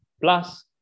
plus